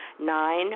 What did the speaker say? Nine